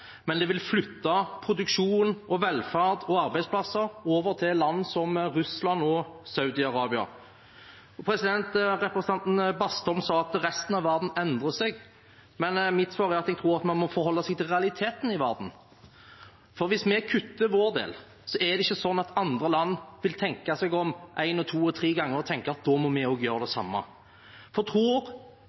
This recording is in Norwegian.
men det vil flytte produksjon, velferd og arbeidsplasser over til land som Russland og Saudi-Arabia. Representanten Bastholm sa at resten av verden endrer seg, men mitt svar er at jeg tror at man må forholde seg til realitetene i verden. Hvis vi kutter vår del, er det ikke slik at andre land vil tenke seg om en og to og tre ganger og tenke at da må vi også gjøre det samme. Tror